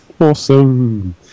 awesome